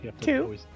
two